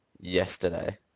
Yesterday